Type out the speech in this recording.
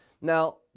Now